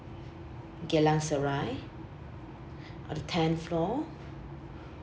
geylang serai on the tenth floor